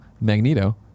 Magneto